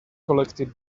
collected